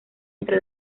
entre